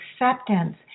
acceptance